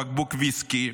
בקבוק ויסקי,